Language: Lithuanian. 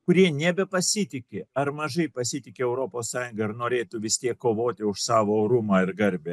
kurie nebepasitiki ar mažai pasitiki europos sąjunga ir norėtų vis tiek kovoti už savo orumą ir garbę